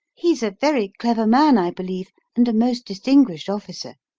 he's a very clever man, i believe, and a most distinguished officer.